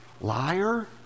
liar